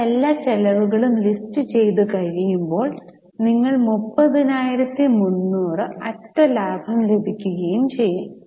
നിങ്ങൾ എല്ലാ ചെലവുകളും ലിസ്റ്റു ചെയ്തു കഴിയുമ്പോൾ നിങ്ങൾക്ക് 30300 അറ്റ ലാഭം ലഭിക്കുകയും ചെയ്യും